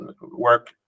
work